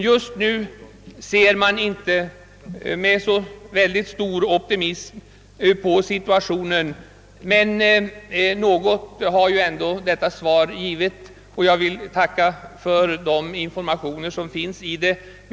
Just nu ser man inte med så stor optimism på situationen, men något har ju ändå detta svar givit, och jag vill tacka för de informationer som lämnas i det.